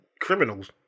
criminals